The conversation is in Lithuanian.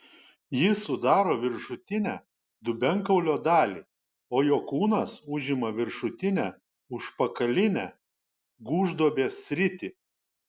jis sudaro viršutinę dubenkaulio dalį o jo kūnas užima viršutinę užpakalinę gūžduobės sritį